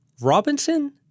Robinson